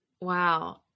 Wow